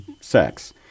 sex